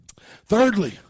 Thirdly